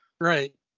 Right